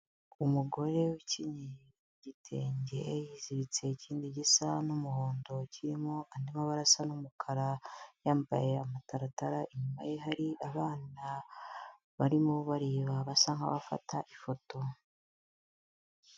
Umugore ukinyeye igitenge yiziritse ikindi gisa n'umuhondo kirimo andi mabara asa n'umukara yambaye amataratara inyuma ye hari abana barimo bareba basa nkabafata ifoto.